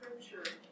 Scripture